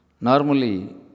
Normally